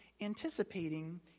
anticipating